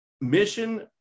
Mission